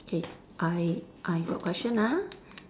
K I I got question ah